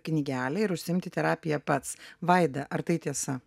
knygelę ir užsiimti terapija pats vaida ar tai tiesa